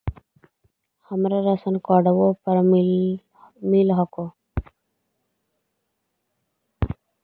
हमरा राशनकार्डवो पर मिल हको?